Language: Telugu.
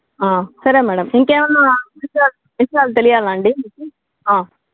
సరే మేడం ఇంకేమైనా విషయాలు విషయాలు తెలియాలండి మీకు